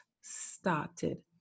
started